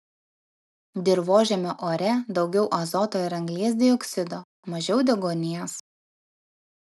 dirvožemio ore daugiau azoto ir anglies dioksido mažiau deguonies